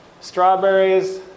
Strawberries